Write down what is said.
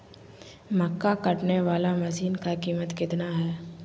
मक्का कटने बाला मसीन का कीमत कितना है?